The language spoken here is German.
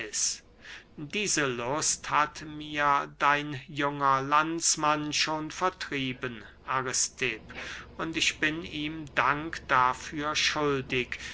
diese lust hat mir dein junger landsmann schon vertrieben aristipp und ich bin ihm dank dafür schuldig